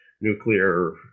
nuclear